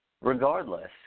regardless